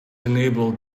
enabled